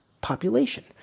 population